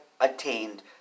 attained